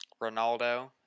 Ronaldo